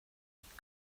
könnte